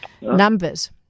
numbers